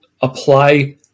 apply